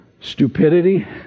stupidity